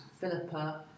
Philippa